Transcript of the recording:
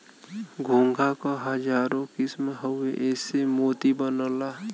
घोंघा क हजारो किसम हउवे एसे मोती बनला